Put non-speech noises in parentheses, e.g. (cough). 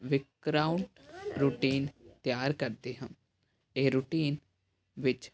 (unintelligible) routine ਤਿਆਰ ਕਰਦੇ ਹਾਂ ਇਹ ਰੂਟੀਨ ਵਿੱਚ